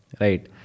Right